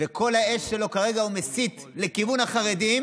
ואת כל האש שלו כרגע הוא מסיט לכיוון החרדים